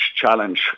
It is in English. challenge